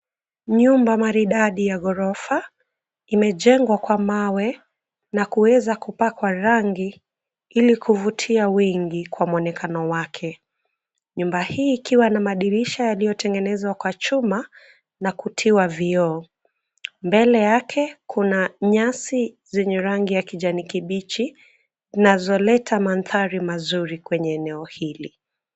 Nyumba maridadi ya ghorofa imejengwa kwa mawe na kuweza kupakwa rangi ili kuvutia wengi kwa muonekano wake. Nyumba hii ikiwa na madirisha yaliyotengenezwa kwa chuma na kutiwa vioo. Mbele yake, kuna nyasi zenye rangi ya kijani kibichi inazoleta mandhari mazuri kwenye eneo hili.